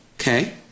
Okay